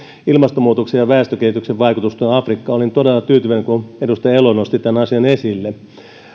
ilmastonmuutoksen ja väestökehityksen vaikutus afrikkaan olin todella tyytyväinen kun edustaja elo nosti tämän asian esille